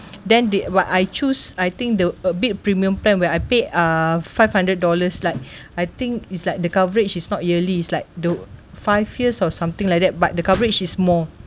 then they what I choose I think the a bit premium plan where I paid uh five hundred dollars like I think is like the coverage is not yearly is like the five years or something like that but the coverage is more